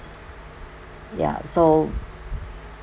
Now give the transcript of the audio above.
ya so